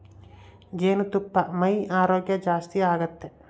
ಜೇನುತುಪ್ಪಾ ಮೈಯ ಆರೋಗ್ಯ ಜಾಸ್ತಿ ಆತತೆ